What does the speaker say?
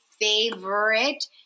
favorite